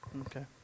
Okay